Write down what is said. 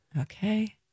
Okay